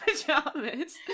pajamas